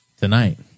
tonight